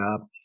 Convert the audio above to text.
up